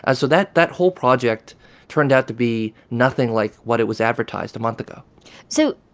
ah so that that whole project turned out to be nothing like what it was advertised a month ago so,